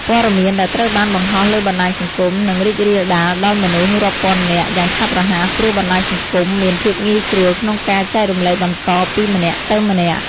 ព័ត៌មាន ដែលត្រូវបាន បង្ហោះលើបណ្ដាញសង្គម នឹង រីករាលដាល ដល់ មនុស្សរាប់ពាន់នាក់ យ៉ាងឆាប់រហ័ស ព្រោះ បណ្ដាញសង្គម មាន ភាពងាយស្រួល ក្នុងការ ចែករំលែកបន្ត ពីម្នាក់ទៅម្នាក់។